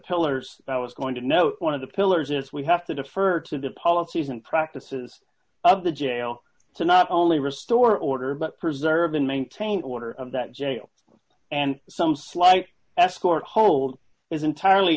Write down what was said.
pillars that was going to note one of the pillars is we have to defer to the policies and practices of the jail to not only restore order but preserve and maintain order of that jail and some slight escort hold is entirely